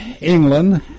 England